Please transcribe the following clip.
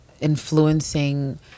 influencing